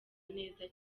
neza